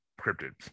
cryptids